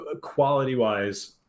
quality-wise